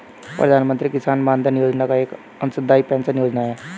प्रधानमंत्री किसान मानधन योजना एक अंशदाई पेंशन योजना है